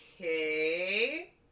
okay